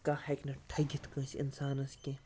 کانٛہہ ہیٚکہِ نہٕ ٹھٔگِتھ کٲنٛسہِ اِنسانَس کیٚنٛہہ